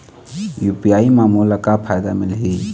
UPI म मोला का फायदा मिलही?